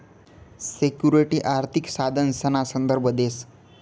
security आर्थिक साधनसना संदर्भ देस